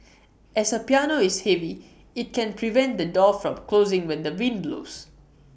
as A piano is heavy IT can prevent the door from closing when the wind blows